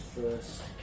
first